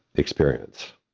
experience,